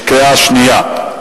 בקריאה שנייה.